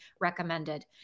recommended